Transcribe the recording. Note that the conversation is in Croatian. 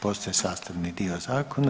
Postaje sastavni dio zakona.